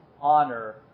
honor